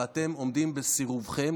ואתם עומדים בסירובכם,